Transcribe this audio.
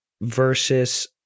versus